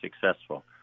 successful